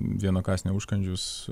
vieno kąsnio užkandžius